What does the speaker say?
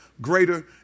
greater